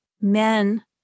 men